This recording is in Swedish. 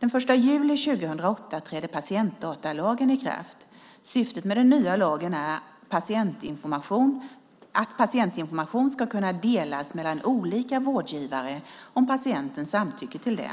Den 1 juli 2008 trädde patientdatalagen i kraft. Syftet med den nya lagen är att patientinformation ska kunna delas mellan olika vårdgivare om patienten samtycker till det.